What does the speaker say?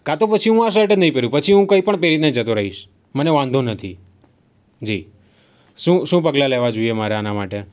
કા તો પછી હુ આ શર્ટ જ નહિ પહેરું પછી હું કંઈ પણ પહેરીને જતો રહીશ મને વાંધો નથી જી શું શું પગલાં લેવાં જોઈએ મારે આના માટે